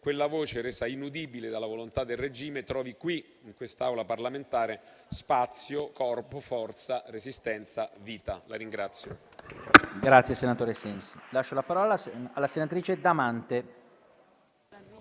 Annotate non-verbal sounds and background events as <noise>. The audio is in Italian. quella voce, resa inudibile dalla volontà del regime, trovi qui, in quest'Aula parlamentare, spazio, corpo, forza, resistenza, vita. <applause>